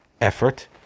effort